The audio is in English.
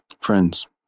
friends